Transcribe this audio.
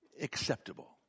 acceptable